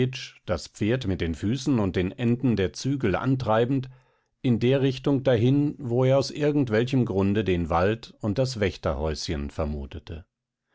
das pferd mit den füßen und den enden der zügel antreibend in der richtung dahin wo er aus irgendwelchem grunde den wald und das wächterhäuschen vermutete